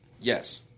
yes